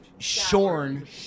Shorn